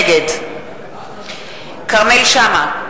נגד כרמל שאמה,